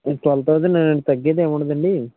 twelve థౌసండేనా తగ్గేది ఏముండదా అండి